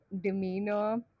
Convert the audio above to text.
demeanor